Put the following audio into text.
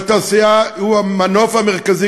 והתעשייה היא המנוף המרכזי,